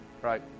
right